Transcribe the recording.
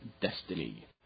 Destiny